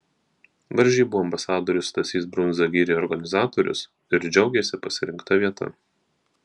varžybų ambasadorius stasys brundza gyrė organizatorius ir džiaugėsi pasirinkta vieta